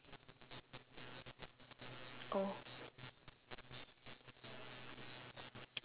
oh